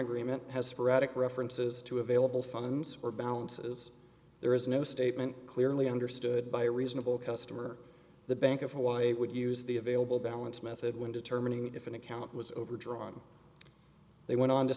agreement has sporadic references to available funds or balances there is no statement clearly understood by reasonable customer the bank of hawaii would use the available balance method when determining if an account was overdrawn they went on to